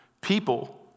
People